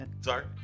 Sorry